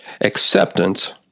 Acceptance